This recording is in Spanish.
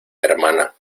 hermana